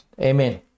Amen